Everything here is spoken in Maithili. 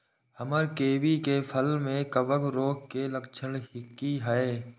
हमर कोबी के फसल में कवक रोग के लक्षण की हय?